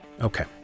Okay